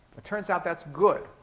it turns out that's good.